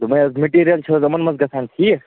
دوٚپمَے حظ مٔٹیٖرِیَل چھِ حظ یِمَن منٛز گژھان ٹھیٖک